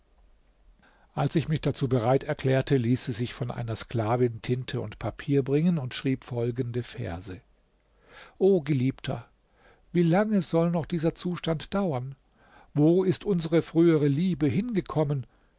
als ich mich dazu bereit erklärte ließ sie sich von einer sklavin tinte und papier bringen und schrieb folgende verse o geliebter wie lange soll noch dieser zustand dauern wo ist unsere frühere liebe hingekommen